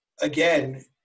again